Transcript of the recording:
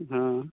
हाँ